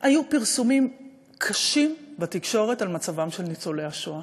היו פרסומים קשים בתקשורת על מצבם של ניצולי השואה